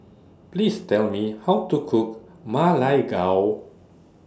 Please Tell Me How to Cook Ma Lai Gao